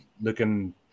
looking